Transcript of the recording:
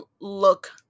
look